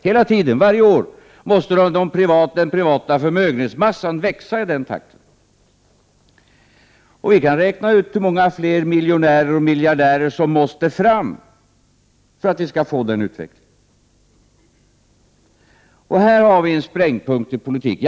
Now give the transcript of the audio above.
Hela tiden, varje år måste den privata förmögenhetsmassan växa i den takten. Vi kan räkna ut hur många fler miljonärer och miljardärer som måste fram för att vi skall få den utvecklingen. Här har vi en springande punkt i politiken.